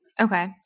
Okay